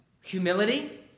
humility